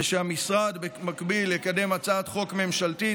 ושהמשרד יקדם במקביל הצעת חוק ממשלתית